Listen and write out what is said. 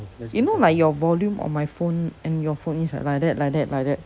you know like your volume on my phone and your phone is like like that like that like that